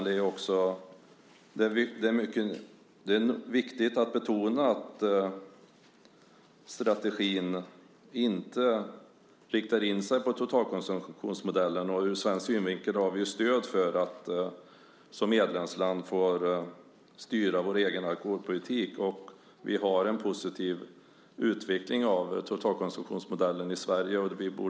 Det är viktigt att betona att strategin inte inriktas på totalkonsumtionsmodellen. Ur svensk synvinkel har vi stöd för att som medlemsland få styra den egna alkoholpolitiken. Det är en positiv utveckling av totalkonsumtionsmodellen i Sverige.